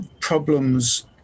problems